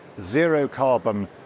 zero-carbon